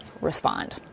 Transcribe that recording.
respond